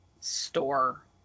store